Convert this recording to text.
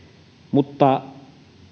mutta